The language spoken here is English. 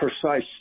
Precise